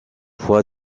fois